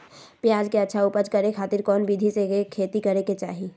प्याज के अच्छा उपज करे खातिर कौन विधि से खेती करे के चाही?